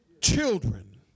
Children